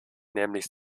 nämlich